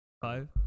Five